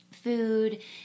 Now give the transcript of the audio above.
food